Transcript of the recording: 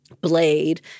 blade